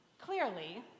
Clearly